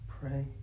pray